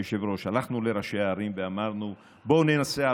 היושב-ראש, הלכנו לראשי הערים ואמרנו, בואו ננסה.